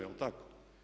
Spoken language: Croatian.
Jel' tako?